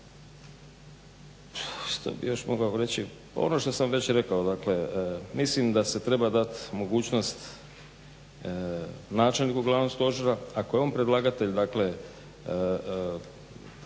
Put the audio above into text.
Što bih još mogao reći? Ono što sam već rekao, dakle mislim da se treba dati mogućnost načelniku Glavnog stožera ako je on predlagatelj dakle